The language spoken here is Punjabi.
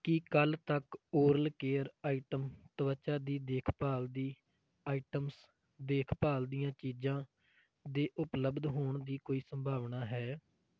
ਕੀ ਕੱਲ੍ਹ ਤੱਕ ਓਰਲ ਕੇਅਰ ਆਇਟਮ ਤਵਚਾ ਦੀ ਦੇਖ ਭਾਲ ਦੀ ਆਇਟਮਸ ਦੇਖ ਭਾਲ ਦੀਆਂ ਚੀਜ਼ਾਂ ਦੇ ਉਪਲੱਬਧ ਹੋਣ ਦੀ ਕੋਈ ਸੰਭਾਵਨਾ ਹੈ